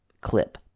clip